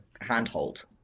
handhold